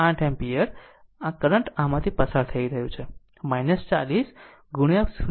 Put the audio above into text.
8 ampere આ current આમાંથી પસાર થઈ રહ્યું છે 40 0